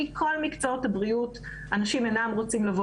מכל מקצועות הבריאות אנשים אינם רוצים לבוא